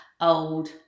old